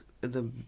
the-